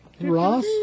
Ross